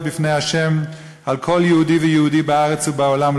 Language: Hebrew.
בפני ה' על כל יהודי ויהודי בארץ ובעולם,